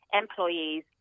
employees